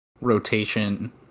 rotation